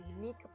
unique